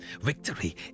Victory